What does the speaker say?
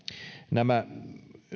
nämä